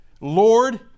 Lord